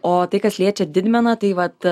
o tai kas liečia didmeną tai vat